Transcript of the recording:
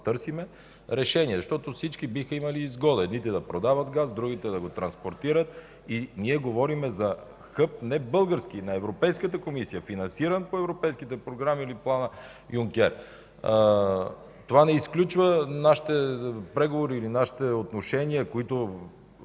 търсим решение. Защото всички биха имали изгода – едните да продават газ, другите да го транспортират. Ние говорим за хъб не български, а на Европейската комисия, финансиран по европейските програми или плана Юнкер. Това не изключва нашите преговори или нашите отношения по